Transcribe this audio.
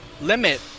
limit